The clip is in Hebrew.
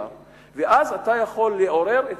ואז אתה יכול לעורר את